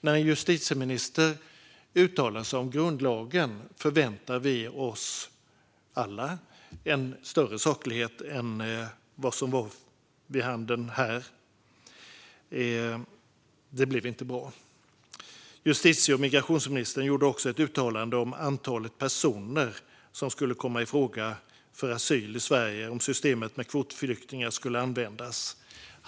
När en justitieminister uttalar sig om grundlagen förväntar vi oss alla en större saklighet än vad som då var för handen. Det blev inte bra. Justitie och migrationsministern gjorde också ett uttalande om antalet personer som skulle kunna komma i fråga för asyl i Sverige om systemet med kvotflyktingar skulle användas.